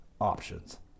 options